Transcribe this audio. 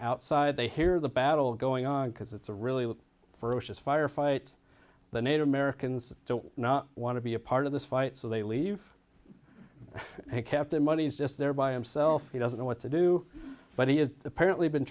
outside they hear the battle going on because it's a really ferocious firefight the native americans don't not want to be a part of this fight so they leave except that money is just there by himself he doesn't know what to do but he is apparently been